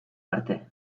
arte